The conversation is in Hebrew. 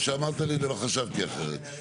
טוב שאמרת לי, למה חשבתי אחרת.